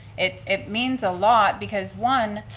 it it means a lot because one,